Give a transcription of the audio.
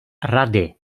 rady